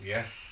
Yes